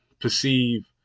perceive